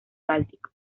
báltico